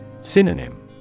Synonym